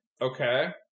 Okay